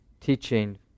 teaching